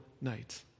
night